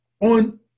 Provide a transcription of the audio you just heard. on